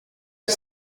dix